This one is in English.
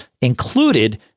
included